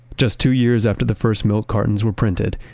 just two years after the first milk cartons were printed,